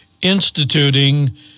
instituting